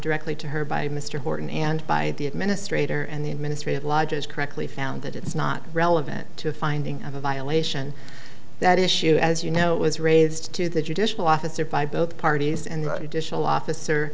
directly to her by mr horton and by the administrator and the administrative law judge correctly found that it's not relevant to a finding of a violation that issue as you know it was raised to the judicial officer by both parties and